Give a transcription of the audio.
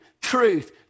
truth